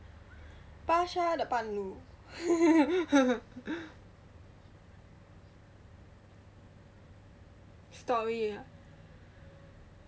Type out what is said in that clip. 巴刹的半路 story